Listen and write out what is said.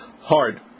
hard